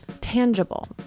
tangible